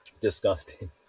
Disgusting